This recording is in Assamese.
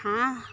হাঁহ